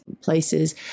places